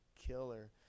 killer